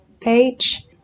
page